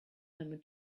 him